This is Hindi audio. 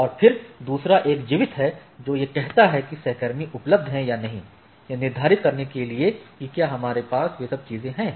और फिर दूसरा एक जीवित है जो यह कहता है कि सहकर्मी उपलब्ध हैं या नहीं यह निर्धारित करने के लिए कि क्या हमारे पास वे सब चीजें हैं